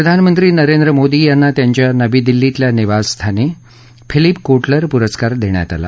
प्रधानमंत्री नरेंद्र मोदी यांना त्यांच्या नवी दिल्लीतल्या निवासस्थानी फिलीप कोटलर पुरस्कार देण्यात आला